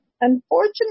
Unfortunately